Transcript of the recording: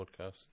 podcast